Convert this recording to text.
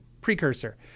precursor